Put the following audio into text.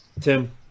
Tim